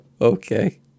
okay